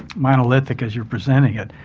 monolithic as you're presenting it.